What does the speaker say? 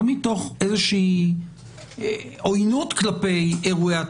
לא מתוך עוינות כלפי אירועי התפילה,